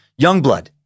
Youngblood